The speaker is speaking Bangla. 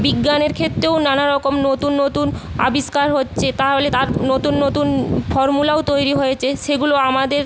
বিজ্ঞানের ক্ষেত্রেও নানা রকম নতুন নতুন আবিষ্কার হচ্ছে তাহলে তার নতুন নতুন ফর্মুলাও তৈরি হয়েছে সেগুলো আমাদের